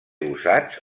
usats